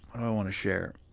i wanna share?